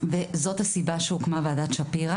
וזאת הסיבה שהוקמה ועדת שפירא